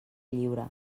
lliure